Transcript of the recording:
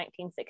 1960